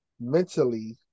Mentally